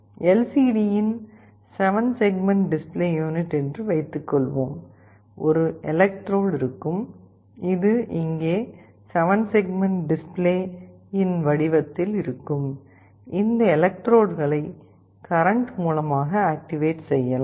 இது எல்சிடியின் 7 segment display unit என்று வைத்துக் கொள்வோம் ஒரு எலக்ட்ரோட் இருக்கும் இது இங்கே 7 செக்மெண்ட் டிஸ்ப்ளேயின் வடிவத்தில் இருக்கும் இந்த எலக்ட்ரோட்களை கரண்ட் மூலமாக ஆக்டிவேட் செய்யலாம்